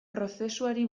prozesuari